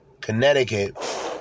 Connecticut